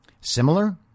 Similar